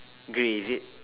grey is it